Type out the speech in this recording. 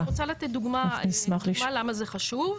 אני רוצה לתת דוגמה למה זה חשוב.